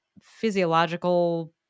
physiological –